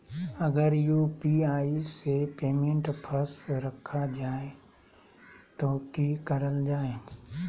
अगर यू.पी.आई से पेमेंट फस रखा जाए तो की करल जाए?